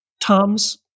Tom's